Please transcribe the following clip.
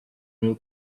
will